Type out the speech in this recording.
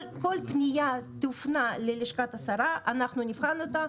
כל פניה שתופנה ללשכת השרה אנחנו נבחן אותה,